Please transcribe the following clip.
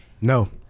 no